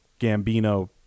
Gambino